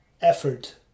effort